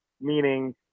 Meaning